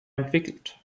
entwickelt